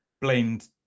blamed